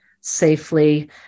safely